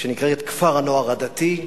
שנקראת "כפר הנוער הדתי",